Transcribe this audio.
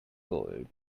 gold